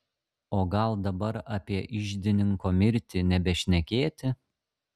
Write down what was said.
o gal dabar apie iždininko mirtį nebešnekėti